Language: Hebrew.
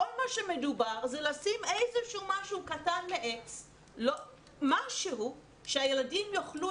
כל מה שמדובר זה לשים איזשהו משהו קטן מעץ שהילדים יוכלו